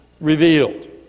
revealed